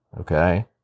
Okay